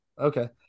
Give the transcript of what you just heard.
okay